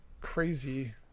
crazy